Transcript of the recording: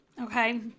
Okay